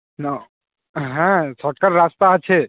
না হ্যাঁ শর্টকাট রাস্তা আছে